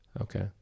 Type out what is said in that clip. okay